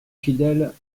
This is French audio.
fidèles